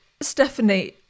stephanie